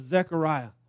Zechariah